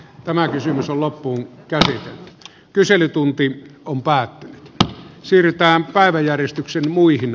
tämä kysymys on loppuun kärsi kyselytunti on päätti siirtää päiväjärjestyksen muihin